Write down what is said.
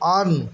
on